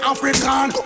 African